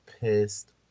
pissed